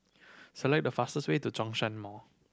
select the fastest way to Zhongshan Mall